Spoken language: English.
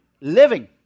living